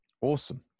awesome